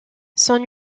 son